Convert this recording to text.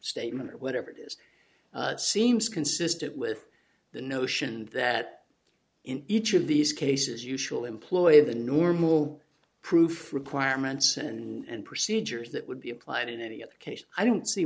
statement whatever it is seems consistent with the notion that in each of these cases usual employee of the normal proof requirements and procedures that would be applied in any other case i don't see